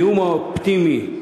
הנאום האופטימי,